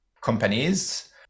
companies